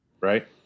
right